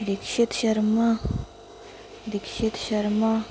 Dikshit Sharma Dikshit Sharma